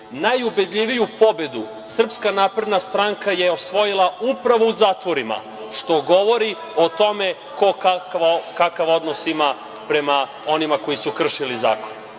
najubedljiviju pobedu SNS je osvojila upravo u zatvorima, što govori o tome ko kakav odnos ima prema onima koji su kršili zakon. Na